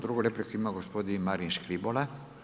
Druga repliku ima gospodin Marin Škibola.